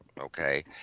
okay